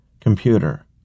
Computer